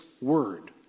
word